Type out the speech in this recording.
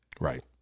Right